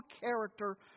character